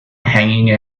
hanging